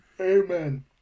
Amen